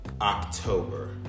October